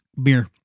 beer